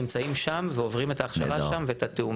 נמצאים שם ועוברים את ההכשרה שם ואת התיאום